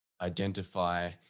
identify